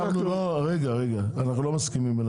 אנחנו לא מסכימים,